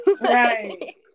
right